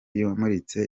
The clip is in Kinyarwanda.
yamuritse